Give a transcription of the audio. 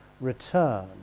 return